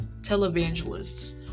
televangelists